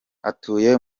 atuye